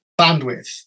bandwidth